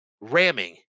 ramming